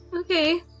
Okay